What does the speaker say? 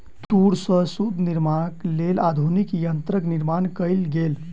तूर सॅ सूत निर्माणक लेल आधुनिक यंत्रक निर्माण कयल गेल